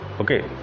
Okay